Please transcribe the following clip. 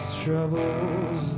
troubles